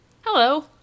Hello